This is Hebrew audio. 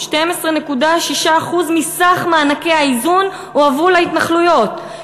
12.6% מסך מענקי האיזון הועברו להתנחלויות,